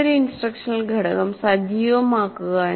മറ്റൊരു ഇൻസ്ട്രക്ഷണൽ ഘടകം സജീവമാക്കുക